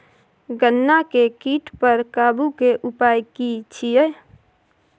गन्ना के कीट पर काबू के उपाय की छिये?